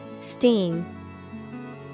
Steam